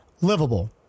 livable